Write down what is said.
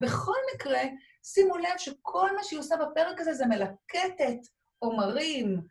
בכל מקרה, שימו לב שכל מה שהיא עושה בפרק הזה זה מלקטת עומרים.